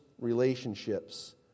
relationships